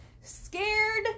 scared